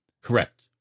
Correct